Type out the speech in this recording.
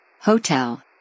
Hotel